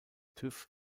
tüv